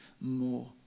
more